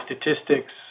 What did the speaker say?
statistics